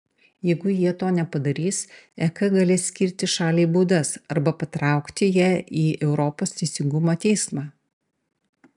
jeigu jie to nepadarys ek galės skirti šaliai baudas arba patraukti ją į europos teisingumo teismą